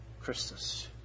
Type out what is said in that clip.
Christus